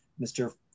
Mr